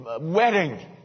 wedding